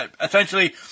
essentially